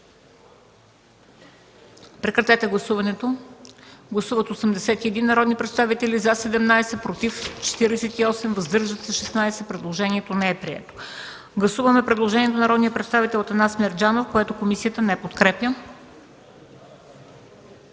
комисията не подкрепя. Гласували 81 народни представители: за 17, против 48, въздържали се 16. Предложението не е прието. Гласуваме предложението на народния представител Атанас Мерджанов, което комисията не подкрепя.